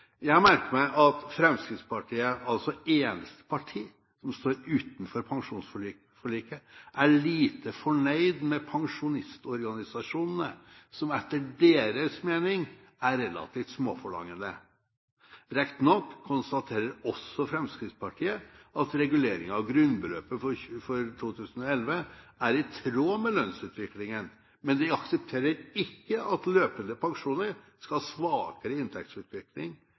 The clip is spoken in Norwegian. Jeg merker meg at Fremskrittspartiet, altså det eneste partiet som står utenfor pensjonsforliket, er lite fornøyd med pensjonistorganisasjonene, som etter deres mening er relativt småforlangende. Rett nok konstaterer også Fremskrittspartiet at reguleringen av grunnbeløpet for 2011 er i tråd med lønnsutviklingen, men de aksepterer ikke at løpende pensjoner skal ha svakere inntektsutvikling